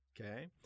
okay